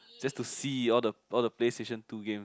just to see all the all the PlayStation two games